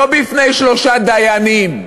לא בפני שלושה דיינים.